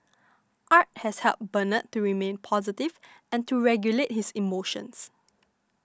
art has helped Bernard to remain positive and to regulate his emotions